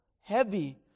heavy